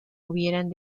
hubieran